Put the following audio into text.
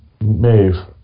Maeve